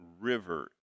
river